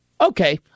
Okay